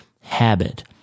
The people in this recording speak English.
habit